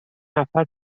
نفر